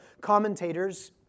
commentators